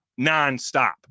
nonstop